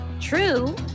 True